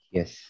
Yes